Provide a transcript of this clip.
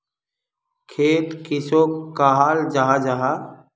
खेत किसोक कहाल जाहा जाहा?